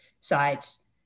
sites